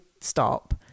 stop